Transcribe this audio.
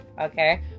Okay